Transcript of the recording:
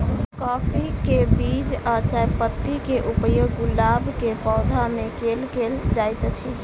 काफी केँ बीज आ चायपत्ती केँ उपयोग गुलाब केँ पौधा मे केल केल जाइत अछि?